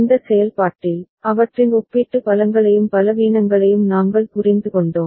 இந்த செயல்பாட்டில் அவற்றின் ஒப்பீட்டு பலங்களையும் பலவீனங்களையும் நாங்கள் புரிந்துகொண்டோம்